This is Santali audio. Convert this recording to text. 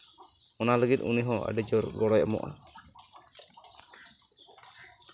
ᱚᱱᱟ ᱞᱟᱹᱜᱤᱫ ᱩᱱᱤᱦᱚᱸ ᱟᱹᱰᱤᱡᱳᱨ ᱜᱚᱲᱚᱭ ᱮᱢᱚᱜᱼᱟ